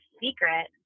secret